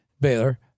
Baylor